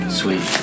sweet